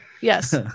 Yes